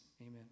Amen